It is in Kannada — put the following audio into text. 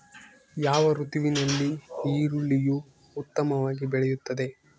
ಯಾವ ಋತುವಿನಲ್ಲಿ ಈರುಳ್ಳಿಯು ಉತ್ತಮವಾಗಿ ಬೆಳೆಯುತ್ತದೆ?